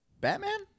Batman